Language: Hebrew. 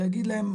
ויגיד להם,